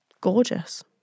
Gorgeous